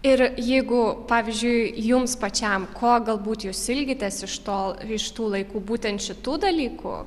ir jeigu pavyzdžiui jums pačiam ko galbūt jūs ilgitės iš to iš tų laikų būtent šitų dalykų